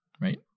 right